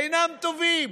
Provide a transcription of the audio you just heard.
אינם טובים.